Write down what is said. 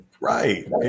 Right